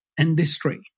industry